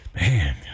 Man